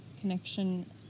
connection